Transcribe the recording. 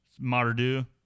Mardu